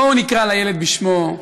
בואו נקרא לילד בשמו,